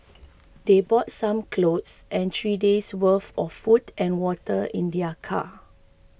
they brought some clothes and three days' worth of food and water in their car